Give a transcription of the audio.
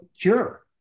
cure